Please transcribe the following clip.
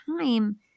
time